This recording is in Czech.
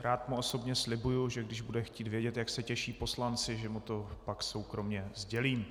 Rád mu osobně slibuji, že když bude chtít vědět, jak se těší poslanci, že mu to pak soukromě sdělím.